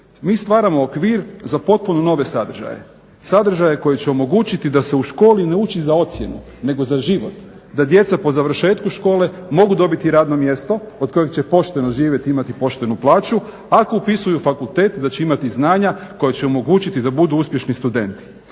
Mi stvaramo okvir za potpuno nove sadržaje, sadržaje koji će omogućiti da se u školi ne uči za ocjenu nego za život, da djeca po završetku škole mogu dobiti radno mjesto od kojeg će pošteno živjeti i imati poštenu plaću ako upisuju fakultet da će imati znanja koja će omogućiti da budu uspješni studenti.